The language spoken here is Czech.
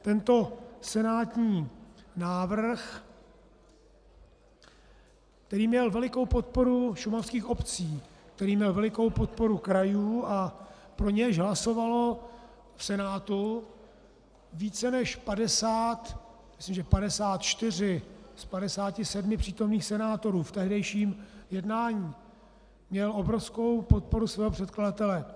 Tento senátní návrh, který měl velikou podporu šumavských obcí, který měl velikou podporu krajů a pro nějž hlasovalo v Senátu více než 50, myslím, že 54 z 57 přítomných senátorů v tehdejším jednání, měl obrovskou podporu svého předkladatele.